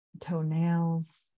toenails